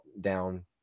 down